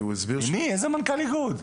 איזה מנכ"ל איגוד?